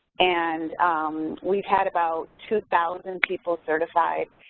and we've had about two thousand people certified